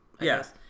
Yes